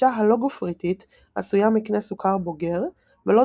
הדבשה הלא-גופריתית עשויה מקנה סוכר בוגר ולא